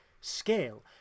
scale